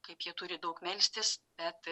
kaip jie turi daug melstis bet